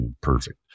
perfect